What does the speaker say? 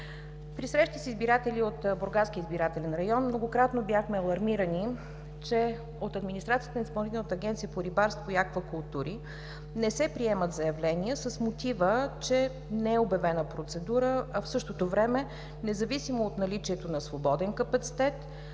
При срещи с избиратели от Бургаския избирателен район многократно бяхме алармирани, че от администрацията на Изпълнителната агенция по рибарство и аквакултури не се приемат заявления с мотива, че не е обявена процедура, а в същото време, независимо от наличието на свободен капацитет,